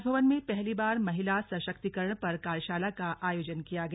राजभवन में पहली बार महिला सशक्तिकरण पर कार्यशाला का आयोजन किया गया